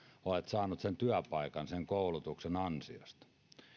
olet saanut sen työpaikan sen koulutuksen ansiosta